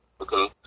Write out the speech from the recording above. Okay